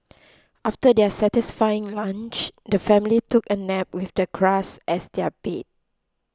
after their satisfying lunch the family took a nap with the grass as their bed